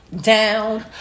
down